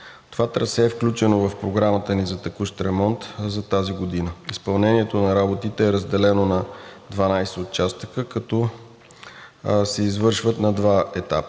това трасе е включено в програмата ни за текущ ремонт за тази година. Изпълнението на работите е разделено на 12 участъка, които се извършват на два етапа.